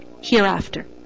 hereafter